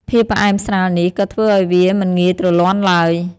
ភាពផ្អែមស្រាលនេះក៏ធ្វើឲ្យវាមិនងាយទ្រលាន់ឡើយ។